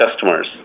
customers